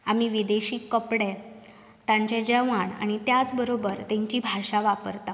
आमी विदेशी कपडे तांचें जेवाण आनी त्याच बरोबर तेंची भाशा वापरतात